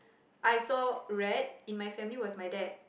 I saw read in my family was my dad